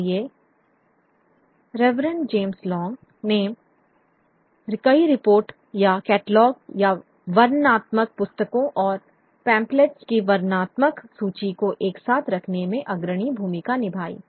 इसलिए reverend James Long ने कई रिपोर्ट या कैटलॉग या वर्णनात्मक पुस्तकों और पैम्फलेट्स की वर्णनात्मक सूची को एक साथ रखने में अग्रणी भूमिका निभाई